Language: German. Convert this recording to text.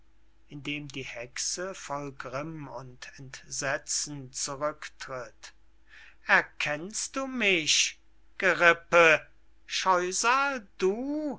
indem die hexe voll grimm und entsetzen zurücktritt erkennst du mich gerippe scheusal du